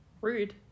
rude